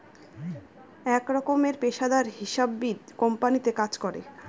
এক রকমের পেশাদার হিসাববিদ কোম্পানিতে কাজ করে